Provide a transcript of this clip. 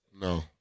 No